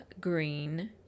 green